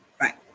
Right